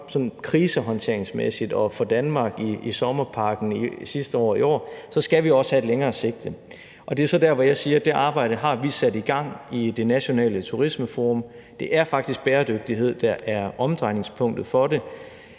krisehåndteringsmæssigt og for Danmark i sommerpakken sidste år og i år, også skal have et længere sigte. Og det er så der, hvor jeg siger, at det arbejde har vi sat gang i Det Nationale Turismeforum. Det er faktisk bæredygtighed, der er omdrejningspunktet for det,